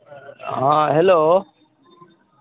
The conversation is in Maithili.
हँ हेलो